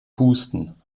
husten